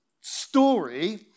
story